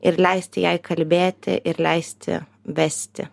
ir leisti jai kalbėti ir leisti vesti